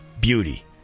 beauty